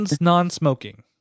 Non-Smoking